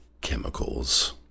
chemicals